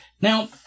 Now